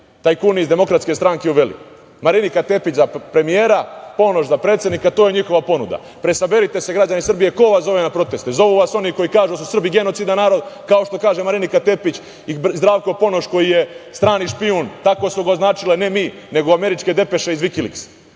tajkuni iz DS uveli. Marinika Tepić za premijera, Ponoš za predsednika, to je njihova ponuda. Presaberite se, građani Srbije, ko vas zove na protest, zovu vas oni koji kažu da su Srbi genocidan narod, kao što kaže Marinika Tepić i Zdravko Ponoš koji je strani špijun, tako su ga označili, a ne mi, nego američke depeše iz Vikiliksa. Još